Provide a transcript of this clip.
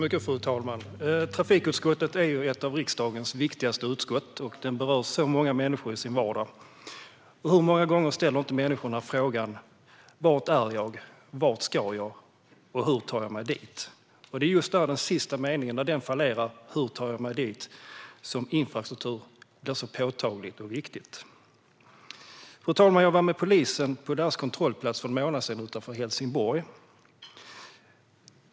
Fru talman! Trafikutskottet är ett av riksdagens viktigaste utskott. Det berör många människor i deras vardag. Människorna ställer många gånger frågorna: Var är jag? Vart ska jag? Hur tar jag mig dit? Det är just när det fallerar kring den sista frågan som infrastrukturen blir så påtaglig och viktig. Fru talman! För en månad sedan var jag med polisen på deras kontrollplats utanför Helsingborg.